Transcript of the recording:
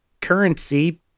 currency